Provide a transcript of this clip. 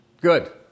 Good